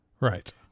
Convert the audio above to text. Right